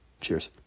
Cheers